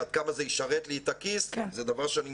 עד כמה זה ישרת לי את הכיס זה דבר שאני